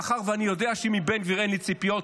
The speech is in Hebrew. מאחר שאני יודע שמבן גביר אין לי ציפיות,